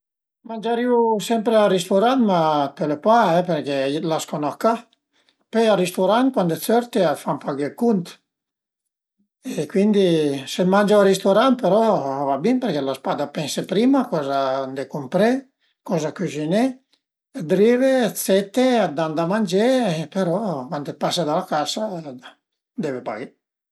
Mangiarìu sempre la risturant, ma pöle pa perché l'as co 'na ca, pöi al risturant cuand t'sörte a t'fan paghé ël cunt e cuindi se mange al risturant però a va bin perché l'as pa da pensé prima coza andé cumpré, coza cüziné e t'arive, t'sete e a t'dan da mangé, però cuand pase da la casa deve paghé